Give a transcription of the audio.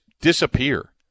disappear